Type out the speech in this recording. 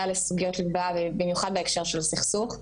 לסוגיות ליבה ובמיוחד בהקשר של הסכסוך.